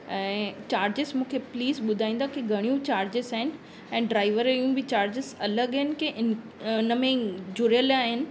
ऐं चार्जिस मूंखे प्लीज़ ॿुधाईंदा की घणियूं चार्जिस आहिनि ऐं ड्राइवर जूं बि चार्जिस अलॻि आहिनि की इन अ इनमें ई जुड़ियल आहिनि